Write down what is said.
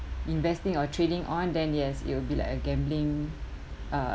investing or trading on then yes it will be like a gambling uh